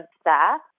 staff